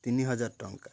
ତିନି ହଜାର ଟଙ୍କା